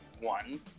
one